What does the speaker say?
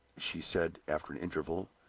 she said, after an interval,